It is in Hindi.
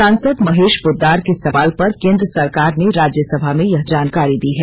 सांसद महेश पोद्दार के सवाल पर केंद्र सरकार ने राज्यसभा में यह जानकारी दी है